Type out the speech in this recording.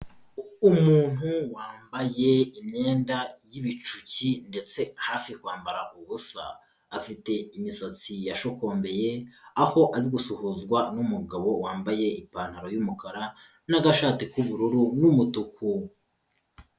Umuntu wambaye imyenda y'ibicuki ndetse hafi kwambara ubusa, afite imisatsi yashokombeye aho ari gusuhuzwa n'umugabo wambaye ipantaro y'umukara n'agashati k'ubururu n'umutuku.